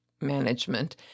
management